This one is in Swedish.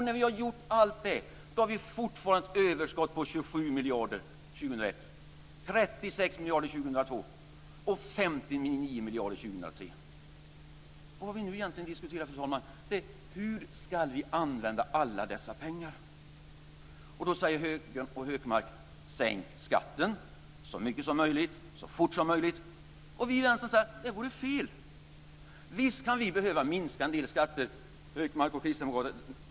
När vi har gjort allt det, har vi fortfarande ett överskott på 27 miljarder år 2001, 36 miljarder år 2002 och 59 miljarder år 2003. Det vi nu egentligen diskuterar, fru talman, är hur vi ska använda alla dessa pengar. Då säger högern och Hökmark: Sänk skatten så mycket som möjligt, så fort som möjligt! Vi i vänstern säger att det vore fel. Visst kan vi behöva minska en del skatter, Hökmark och kristdemokraterna.